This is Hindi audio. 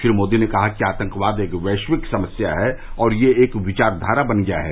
श्री मोदी ने कहा कि आतंकवाद एक वैश्विक समस्या है और यह एक विचाखारा बन गया है